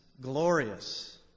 glorious